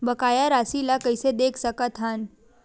बकाया राशि ला कइसे देख सकत हान?